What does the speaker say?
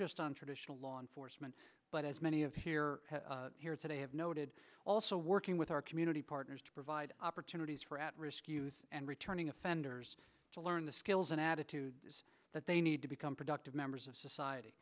just on traditional law enforcement but as many of have noted also working with our community partners to provide opportunities for at risk youth and returning offenders to learn the skills and attitude is that they need to become productive members of society